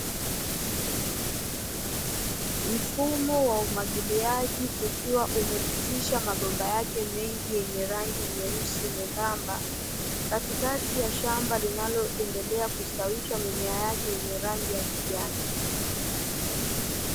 Mfumo wa umwagiliaji ukiwa umepitisha mabomba yake mengi yenye rangi nyeusi membamba, katikati ya shamba linaloendelea kustawisha mimea yake yenye rangi ya kijani.